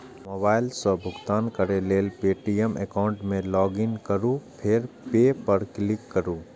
mobile सं भुगतान करै लेल पे.टी.एम एकाउंट मे लॉगइन करू फेर पे पर क्लिक करू